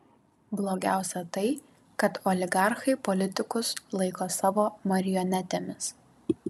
blogiausia tai kad oligarchai politikus laiko savo marionetėmis